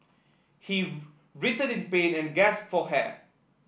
he writhed in pain and gasped for hair